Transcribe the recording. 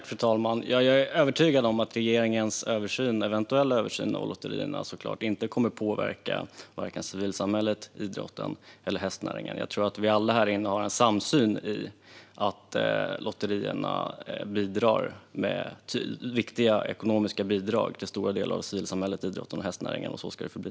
Fru talman! Jag är övertygad om att regeringens eventuella översyn av lotterierna inte kommer att påverka vare sig civilsamhället, idrotten eller hästnäringen. Jag tror att vi alla här inne delar synen på att lotterierna ger ett viktigt ekonomiskt bidrag till stora delar av civilsamhället, idrotten och hästnäringen, och så ska det förbli.